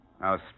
Now